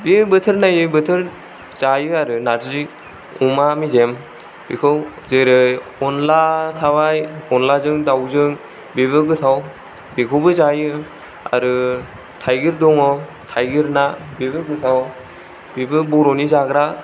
बे बोथोर नायै बोथोर जायो आरो नारजि अमा मेजेम बेखौ जेरै अनला थाबाय अनलाजों दाउजों बेबो गोथाव बेखौबो जायो आरो टाइगिर दङ टाइगिर ना बेबो गोथाव बेबो बर'नि जाग्रा